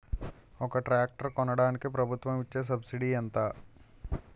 ఒక ట్రాక్టర్ కొనడానికి ప్రభుత్వం ఇచే సబ్సిడీ ఎంత?